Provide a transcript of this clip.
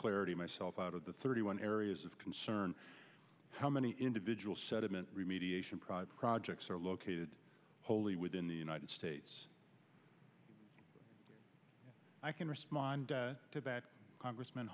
clarity myself out of the thirty one areas of concern how many individual sediment remediation prior projects are located wholly within the united states i can respond to that congressm